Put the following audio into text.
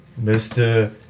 Mr